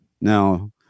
Now